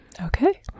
Okay